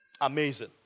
Amazing